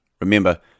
Remember